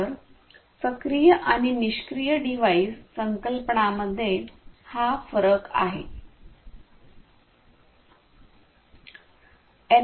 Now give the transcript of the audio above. तर सक्रिय आणि निष्क्रिय डिव्हाइस संकल्पनांमध्ये हा फरक आहे